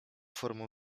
formą